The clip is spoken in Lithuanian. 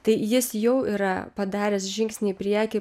tai jis jau yra padaręs žingsnį į priekį